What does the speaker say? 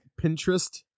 pinterest